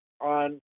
on